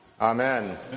Amen